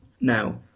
Now